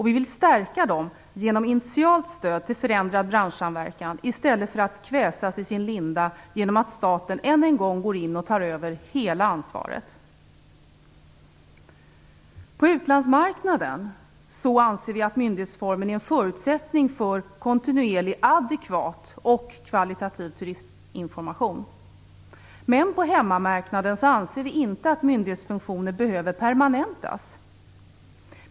Vi vill stärka det genom initialt stöd till förändrad branschsamverkan i stället för att kväva det i sin linda genom att staten än en gång går in och tar över hela ansvaret. På utlandsmarknaden anser vi att myndighetsformen är en förutsättning för kontinuerlig, adekvat och kvalitativ turistinformation. Men på hemmamarknaden anser vi inte att myndighetsfunktionen behöver permanentas.